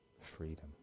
freedom